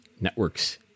Networks